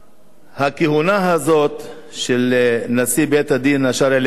הכהונה הזאת של נשיא בית-הדין השרעי לערעורים